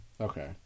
Okay